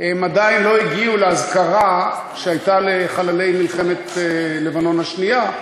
הם עדיין לא הגיעו לאזכרה שהייתה לחללי מלחמת לבנון השנייה,